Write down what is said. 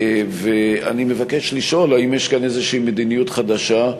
אני מבקש לשאול אם יש כאן איזושהי מדיניות חדשה,